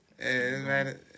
man